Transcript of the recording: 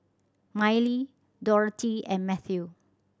Miley Dorothea and Mathew